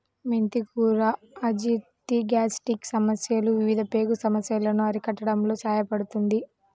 మెంతి కూర అజీర్తి, గ్యాస్ట్రిక్ సమస్యలు, వివిధ పేగు సమస్యలను అరికట్టడంలో సహాయపడుతుంది